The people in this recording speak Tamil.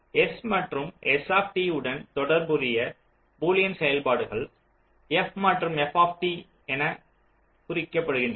S மற்றும் S உடன் தொடர்புடைய பூலியன் செயல்பாடுகள் F மற்றும் F என குறிப்பிடப்படுகின்றன